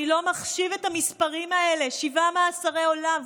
אני לא מחשיב את המספרים האלה, שבעה מאסרי עולם.